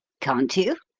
can't you?